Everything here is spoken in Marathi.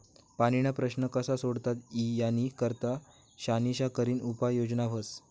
पाणीना प्रश्न कशा सोडता ई यानी करता शानिशा करीन उपाय योजना व्हस